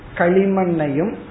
kalimanayum